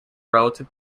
relative